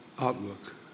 outlook